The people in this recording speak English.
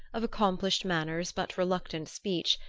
of accomplished manners but reluctant speech,